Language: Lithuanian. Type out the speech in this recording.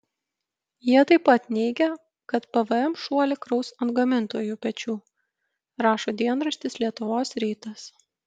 jie taip pat neigia kad pvm šuolį kraus ant gamintojų pečių rašo dienraštis lietuvos rytas